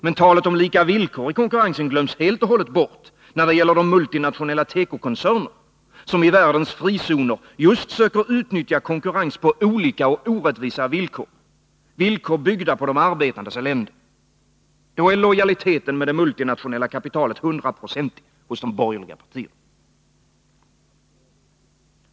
Men talet om lika villkor i konkurrensen glöms helt och hållet bort när det gäller de multinationella tekokoncernerna, som i världens frizoner just söker utnyttja konkurrens på olika och orättvisa villkor, byggda på de arbetandes elände. Då är lojaliteten med det multinationella kapitalet hundraprocentig i de borgerliga partierna.